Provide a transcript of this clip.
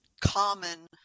common